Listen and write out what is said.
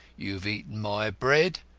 you have eaten my bread,